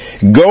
Go